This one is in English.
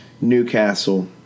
Newcastle